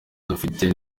dufite